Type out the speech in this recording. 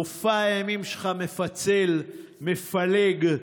מופע האימים שלך מפצל, מפלג.